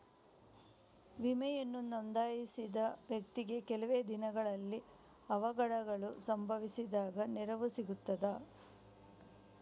ವಿಮೆಯನ್ನು ನೋಂದಾಯಿಸಿದ ವ್ಯಕ್ತಿಗೆ ಕೆಲವೆ ದಿನಗಳಲ್ಲಿ ಅವಘಡಗಳು ಸಂಭವಿಸಿದಾಗ ನೆರವು ಸಿಗ್ತದ?